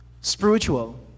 spiritual